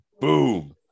boom